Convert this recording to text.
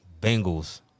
Bengals